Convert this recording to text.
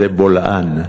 זה בולען.